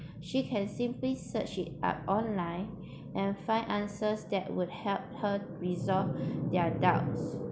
search it up online and find answers that would help her resolve their doubts